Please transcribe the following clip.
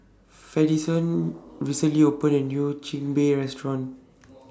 Fidencio recently opened A New Chigenabe Restaurant